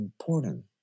important